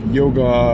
yoga